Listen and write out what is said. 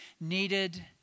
needed